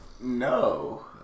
No